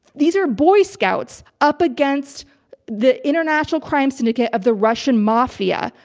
these are boy scouts up against the international crime syndicate of the russian mafia.